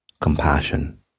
compassion